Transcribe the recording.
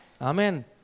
Amen